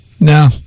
No